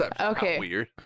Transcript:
okay